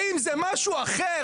האם זה משהו אחר?